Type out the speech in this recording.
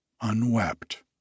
unwept